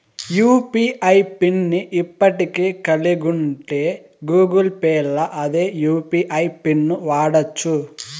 UPI pin ని ఇప్పటికే కలిగుంటే గూగుల్ పేల్ల అదే యూ.పి.ఐ పిన్ను వాడచ్చు